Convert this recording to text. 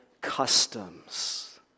customs